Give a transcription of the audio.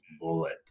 bullet